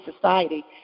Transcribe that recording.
society